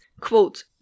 quote